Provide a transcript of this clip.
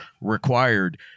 required